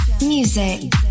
music